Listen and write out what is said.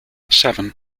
seven